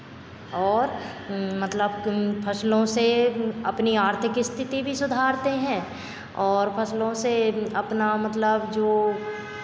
और मतलब फसलों से अपनी आर्थिक स्थिति भी सुधारते हैं और फसलों से अपना मतलब जो